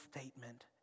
statement